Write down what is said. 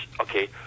okay